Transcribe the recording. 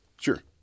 Sure